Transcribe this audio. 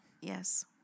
Yes